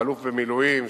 האלוף במילואים,